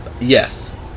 Yes